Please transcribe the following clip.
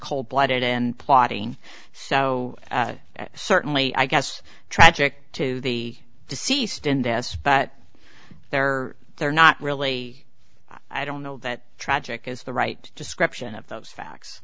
cold blooded and plotting so certainly i guess tragic to the deceased in this but there are there are not really i don't know that tragic is the right description of those facts